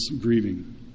grieving